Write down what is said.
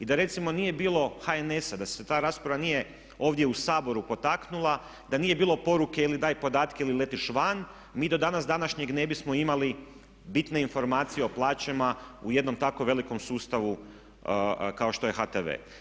I da recimo nije bilo HNS-a, da se ta rasprava nije ovdje u raspravu potaknula, da nije bilo poruke ili daj podatke ili letiš van, mi do dana današnjeg ne bismo imali bitne informacije o plaćama u jednom tako velikom sustavu kao što je HTV.